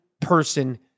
person